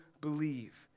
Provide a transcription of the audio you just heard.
believe